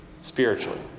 spiritually